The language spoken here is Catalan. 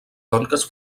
conques